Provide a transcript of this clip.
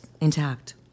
intact